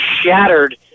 shattered